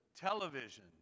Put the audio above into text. television